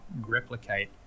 replicate